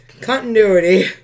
Continuity